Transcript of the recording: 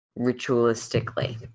ritualistically